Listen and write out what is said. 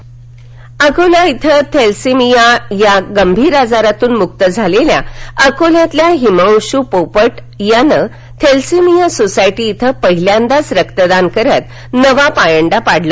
thalassaemia Akola Akola इथं thalassemia या गंभीर आजारातून मुक्त झालेल्या अकोल्यातील हिमांशू पोपट याने थॅलेसिमिया सोसायटी येथे पहिल्यांदाच रक्तदान करत नवा पायंडा पाडला